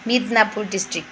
Midnapore district